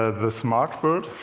ah the smartbird.